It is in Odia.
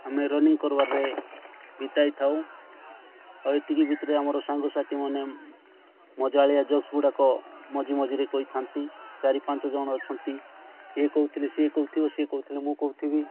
ଆମେ ରନିଙ୍ଗ୍ କରିବାରେ ବିତାଇଥାଉ ଆଉ ଏତିକି ଭିତରେ ଆମର ସାଙ୍ଗସାଥିମାନେ ମଜାଳିଆ ଜୋକ୍ସଗୁଡ଼ାକ ମଝି ମଝିରେ କହିଥାନ୍ତି ଚାରି ପାଞ୍ଚ ଜଣ ଅଛନ୍ତି ଇଏ କହୁଥିଲେ ସିଏ କହୁଥିବ ସିଏ କହୁଥିଲେ ମୁଁ କହୁଥିବି